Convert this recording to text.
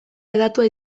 hedatua